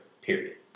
period